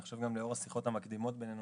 ואני חושב שגם לאור השיחות המקדימות בינינו